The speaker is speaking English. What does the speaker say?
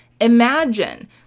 imagine